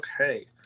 Okay